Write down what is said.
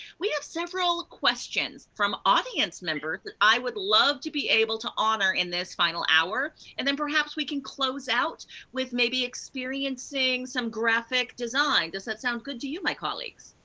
we have several questions from audience members that i would love to be able able to honor in this final hour, and then perhaps we can close out with maybe experiencing some graphic design. does that sound good to you, my colleagues?